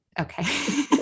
Okay